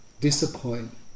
disappoint